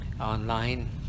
online